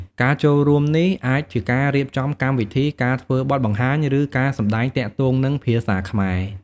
ការចូលរួមនេះអាចជាការរៀបចំកម្មវិធី ការធ្វើបទបង្ហាញ ឬការសម្តែងទាក់ទងនឹងភាសាខ្មែរ។